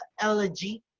elegy